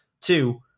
Two